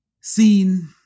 Seen